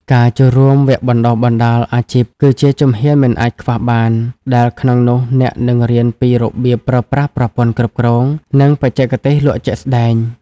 ការចូលរួម "វគ្គបណ្ដុះបណ្ដាលអាជីព" គឺជាជំហានមិនអាចខ្វះបាន ដែលក្នុងនោះអ្នកនឹងរៀនពីរបៀបប្រើប្រាស់ប្រព័ន្ធគ្រប់គ្រង និងបច្ចេកទេសលក់ជាក់ស្ដែង។